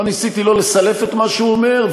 לא ניסיתי לסלף את מה שהוא אומר,